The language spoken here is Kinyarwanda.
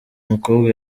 mukobwa